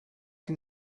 can